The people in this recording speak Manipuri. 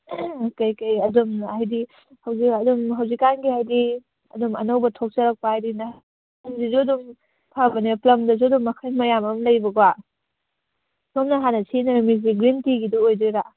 ꯀꯔꯤ ꯀꯔꯤ ꯑꯗꯨꯝ ꯍꯥꯏꯗꯤ ꯍꯧꯖꯤꯛ ꯑꯗꯨꯝ ꯍꯧꯖꯤꯛ ꯀꯥꯟꯒꯤ ꯍꯥꯏꯗꯤ ꯑꯗꯨꯝ ꯑꯅꯧꯕ ꯊꯣꯛꯆꯔꯛꯄ ꯍꯥꯏꯗꯤꯅꯦ ꯄ꯭ꯂꯝꯁꯤꯁꯨ ꯑꯗꯨꯝ ꯐꯕꯅꯦ ꯄ꯭ꯂꯝꯗꯁꯨ ꯑꯗꯨꯝ ꯃꯈꯜ ꯃꯌꯥꯝ ꯑꯃ ꯂꯩꯕꯀꯣ ꯁꯣꯝꯅ ꯍꯥꯟꯅ ꯁꯤꯖꯤꯟꯅꯔꯝꯃꯤꯁꯦ ꯒ꯭ꯔꯤꯟ ꯇꯤꯒꯤꯗꯨ ꯑꯣꯏꯗꯣꯏꯔꯥ